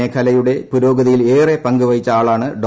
മേഘാലയയുടെ പുരോഗതിയിൽ ഏറെ പങ്കുവഹിച്ച ആളാണ് ഡോ